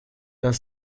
das